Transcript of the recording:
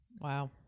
Wow